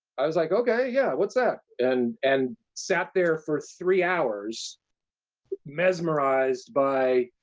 i was like, okay, yeah, what's that? and, and sat there for three hours mesmerized by,